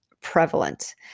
prevalent